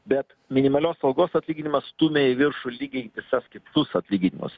bet minimalios algos atlyginimas stumia į viršų lygiai visas kitus atlyginimus